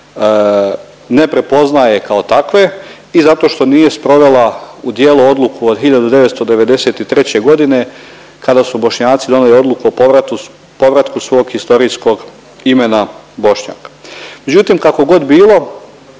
ne prepoznaje kao takve i zato što nije sprovela u djelo odluku od 1993.g. kada su Bošnjaci donijeli odluku o povratku svog historijskog imena Bošnjak. Međutim, kakogod bilo